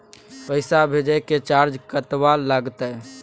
पैसा भेजय के चार्ज कतबा लागते?